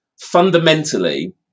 Fundamentally